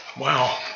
wow